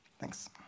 Thanks